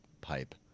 pipe